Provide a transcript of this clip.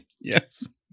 Yes